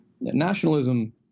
Nationalism